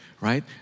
right